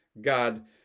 God